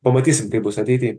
pamatysim kaip bus ateity